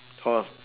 taller